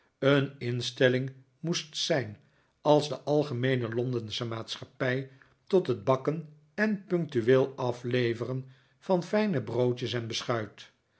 een instelling moest zijn als de algemeene londensche maatschappij tot het bakken en punctueel afleveren van fijne broodjes en